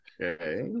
okay